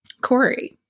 Corey